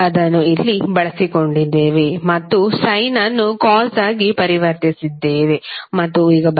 ಅದನ್ನು ಇಲ್ಲಿ ಬಳಸಿಕೊಂಡಿದ್ದೇವೆ ಮತ್ತು ಸಯ್ನ್ ಅನ್ನು ಕಾಸ್ ಆಗಿ ಪರಿವರ್ತಿಸಿದ್ದೇವೆ ಮತ್ತು ಈಗ ಬರೆಯಬಹುದು